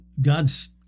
God's